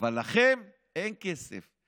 אבל לכם אין כסף.